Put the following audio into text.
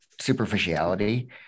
superficiality